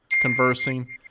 conversing